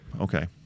okay